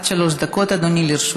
עד שלוש דקות, אדוני, לרשותך.